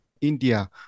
India